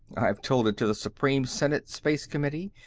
i've told it to the supreme senate space committee,